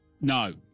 No